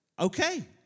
Okay